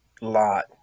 lot